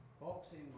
boxing